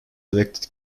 elected